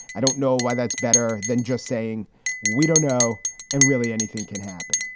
i don't know why that's better than just saying we don't know and really anything can happen.